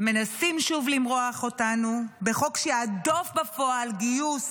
מנסים שוב למרוח אותנו בחוק שיהדוף בפועל גיוס